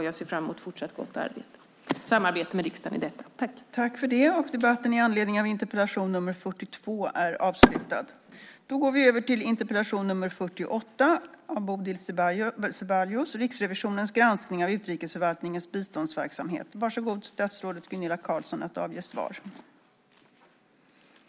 Jag ser fram mot ett fortsatt gott samarbete med riksdagen om detta.